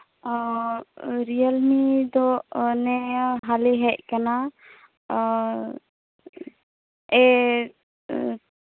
ᱚ ᱨᱤᱭᱮᱞᱢᱤ ᱛᱳ ᱟᱞᱮᱭᱟᱜ ᱵᱷᱟᱞᱤ ᱦᱮᱡ ᱠᱟᱱᱟ ᱟᱨ ᱮ